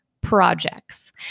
projects